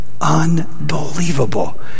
Unbelievable